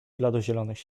bladozielonych